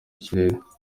kirere